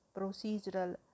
procedural